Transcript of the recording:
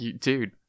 dude